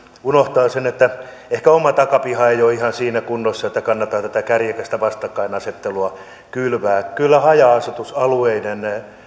unohtaa sen että ehkä oma takapiha ei ole ihan siinä kunnossa että kannattaa tätä kärjekästä vastakkainasettelua kylvää kyllä haja asutusalueiden